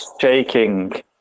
shaking